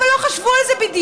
אבל לא חשבו על זה בדיוק,